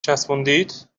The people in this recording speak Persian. چسبوندید